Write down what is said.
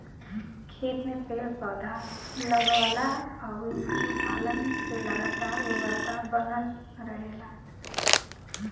खेत में पेड़ पौधा, लगवला अउरी पशुपालन से लगातार उर्वरता बनल रहेला